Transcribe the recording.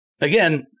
Again